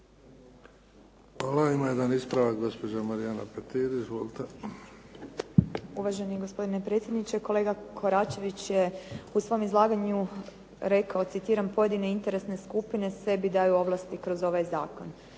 Hvala. Ima jedan ispravak, gospođa Marijana Petir. Izvolite. **Petir, Marijana (HSS)** Uvaženi gospodine predsjedniče. Kolega Koračević je u svom izlaganju rekao, citiram, "pojedine interesne skupine sebi daju ovlasti kroz ovaj zakon."